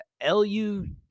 L-U